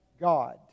God